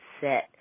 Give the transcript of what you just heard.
set